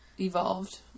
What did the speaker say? evolved